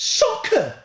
soccer